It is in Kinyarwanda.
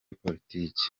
politiki